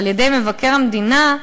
של מבקר המדינה,